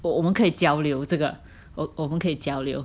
我我们可以交流这个我我们可以交流